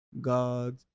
god